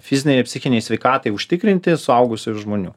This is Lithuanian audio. fizinei ir psichinei sveikatai užtikrinti suaugusių žmonių